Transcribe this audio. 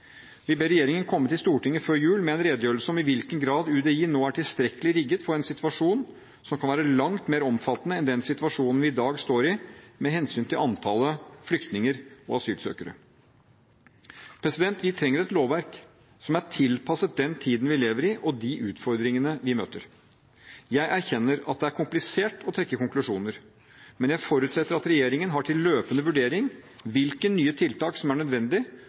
Vi ber regjeringen komme til Stortinget før jul med en redegjørelse om i hvilken grad UDI nå er tilstrekkelig rigget for en situasjon som kan være langt mer omfattende enn den situasjonen vi i dag står i, med hensyn til antallet flyktninger og asylsøkere. Vi trenger et lovverk som er tilpasset den tiden vi lever i og de utfordringene vi møter. Jeg erkjenner at det er komplisert å trekke konklusjoner. Men jeg forutsetter at regjeringen har til løpende vurdering hvilke nye tiltak som er nødvendig,